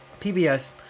pbs